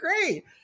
great